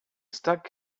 stuck